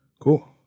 Cool